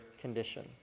condition